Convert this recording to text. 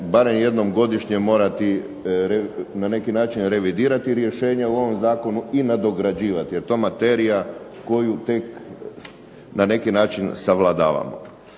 barem jednom godišnje morati na neki način revidirati rješenja u ovom zakonu i nadograđivati, jer to materija koju tek na neki način savladavamo.